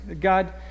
God